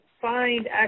find